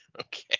Okay